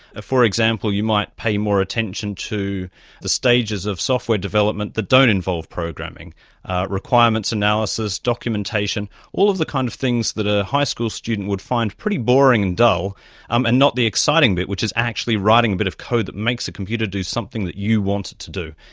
ah for example, you might pay more attention to the stages of software development that don't involve programming requirements analysis, documentation, all of the kind of things that a high school student would find pretty boring and dull um and not the exciting bit which is actually writing a bit of code that makes a computer do something that you want it to do.